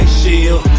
shield